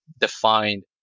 defined